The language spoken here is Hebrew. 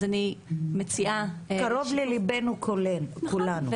קרוב לליבנו כולנו.